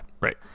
Right